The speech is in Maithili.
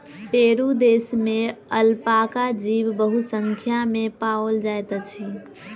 पेरू देश में अलपाका जीव बहुसंख्या में पाओल जाइत अछि